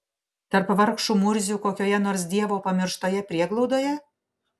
tarp vargšų murzių kokioje nors dievo pamirštoje prieglaudoje